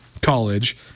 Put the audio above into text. college